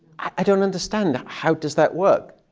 i don't understand. how does that work?